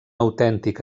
autèntic